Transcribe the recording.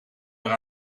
weer